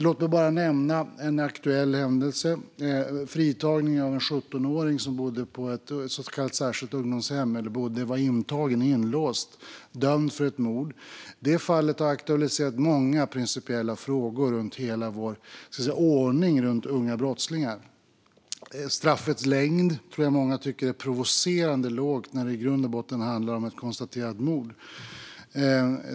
Låt mig nämna en aktuell händelse, nämligen fritagningen av en 17åring som var intagen och inlåst på ett så kallat särskilt ungdomshem, dömd för ett mord. Det fallet har aktualiserat många principiella frågor kring hela vår ordning runt unga brottslingar. Straffet tror jag att många tycker är provocerande lågt när det i grund och botten handlar om ett konstaterat mord.